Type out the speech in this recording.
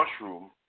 mushroom